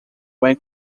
when